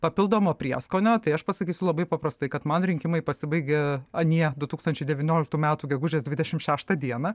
papildomo prieskonio tai aš pasakysiu labai paprastai kad man rinkimai pasibaigė anie du tūkstančiai devynioliktų metų gegužės dvidešimt šeštą dieną